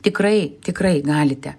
tikrai tikrai galite